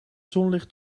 zonlicht